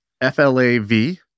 F-L-A-V